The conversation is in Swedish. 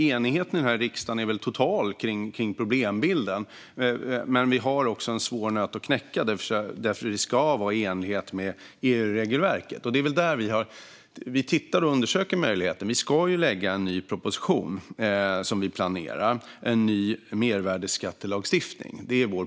Enigheten kring problembilden är väl total här i riksdagen, men vi har också en svår nöt att knäcka eftersom detta måste lösas i enlighet med EU-regelverket. Vi tittar på detta och undersöker möjligheten. Vi planerar att lägga fram en ny proposition, en ny mervärdesskattelagstiftning.